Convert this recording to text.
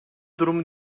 durumu